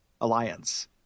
alliance